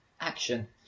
action